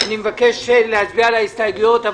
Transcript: אני מבקש להצביע על ההסתייגויות,